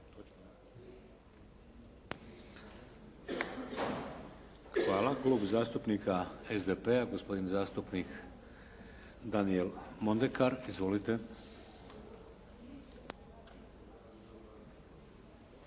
Hvala. Klub zastupnika SDP-a, gospodin zastupnik Daniel Mondekar. Izvolite.